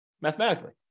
mathematically